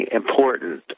important